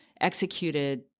executed